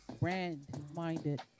Brand-minded